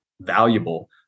valuable